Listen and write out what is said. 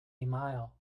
mile